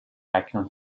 اکنون